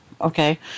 Okay